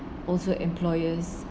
also employers